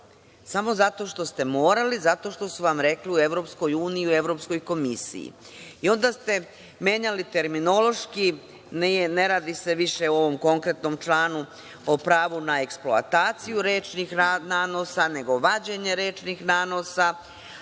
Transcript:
samo zato što ste morali, zato što su vam rekli u EU i u Evropskoj komisiji. Onda ste menjali terminološki, ne radi se više o ovom konkretnom članu o pravu na eksploataciju rečnih nanosa, nego vađenje rečnih nanosa,